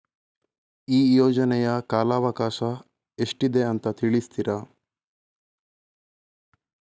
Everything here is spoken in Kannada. ಈ ಯೋಜನೆಯ ಕಾಲವಕಾಶ ಎಷ್ಟಿದೆ ಅಂತ ತಿಳಿಸ್ತೀರಾ?